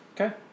Okay